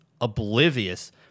oblivious